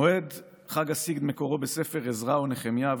מועד חג הסגד מקורו בספר עזרא ונחמיה,